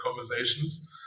conversations